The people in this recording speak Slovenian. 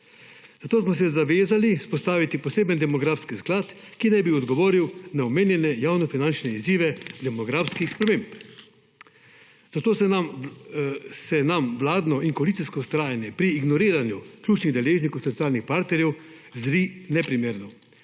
Zato smo se zavezali vzpostaviti poseben demografski sklad, ki naj bi odgovoril na omenjene javnofinančne izzive demografskih sprememb. Zato se nam vladno in koalicijsko vztrajanje pri ignoriranju ključnih deležnikov socialnih partnerjev zdi neprimerno,